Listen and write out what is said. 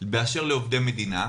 באשר לעובדי מדינה,